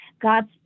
God's